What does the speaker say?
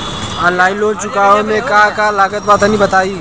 Online loan चुकावे म का का लागत बा तनि बताई?